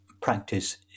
practice